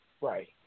Right